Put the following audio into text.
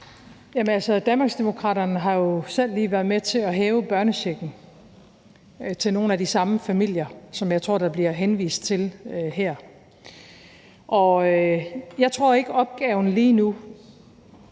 Danmarksdemokraterne har jo selv lige været med til at hæve børnechecken til nogle af de samme familier, som jeg tror der bliver henvist til her. Og jeg tror ikke, at opgaven lige nu,